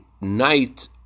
night